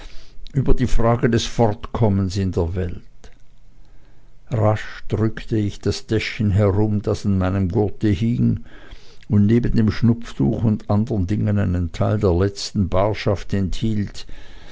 über die frage des fortkommens in der welt rasch rückte ich das täschchen herum das an meinem gurte hing und neben dem schnupftuch und anderen dingen einen teil der letzten barschaft enthielt